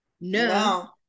No